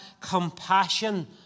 compassion